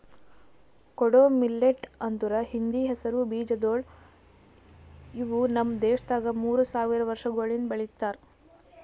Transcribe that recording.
ಕೊಡೋ ಮಿಲ್ಲೆಟ್ ಅಂದುರ್ ಹಿಂದಿ ಹೆಸರು ಬೀಜಗೊಳ್ ಇವು ನಮ್ ದೇಶದಾಗ್ ಮೂರು ಸಾವಿರ ವರ್ಷಗೊಳಿಂದ್ ಬೆಳಿಲಿತ್ತಾರ್